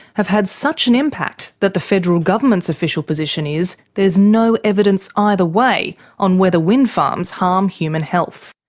have had such an impact that the federal government's official position is there's no evidence either way on whether wind farms harm human health.